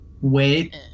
wait